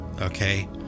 Okay